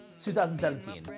2017